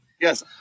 Yes